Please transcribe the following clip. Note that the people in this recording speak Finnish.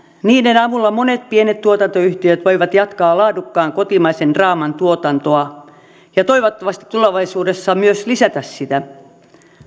niiden avulla monet pienet tuotantoyhtiöt voivat jatkaa laadukkaan kotimaisen draaman tuotantoa ja toivottavasti tulevaisuudessa myös lisätä sitä